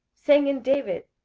saying in david,